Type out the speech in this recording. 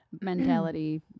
mentality